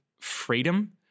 freedom